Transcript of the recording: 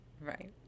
Right